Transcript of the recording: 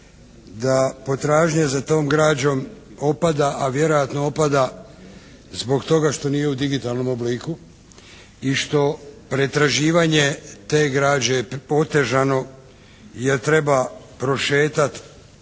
da potražnja za tom građom opada a vjerojatno opada zbog toga što nije i digitalnom obliku i što pretraživanje te građe je otežano jer treba prošetati